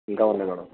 ఇంకా ఉన్నాయి మేడం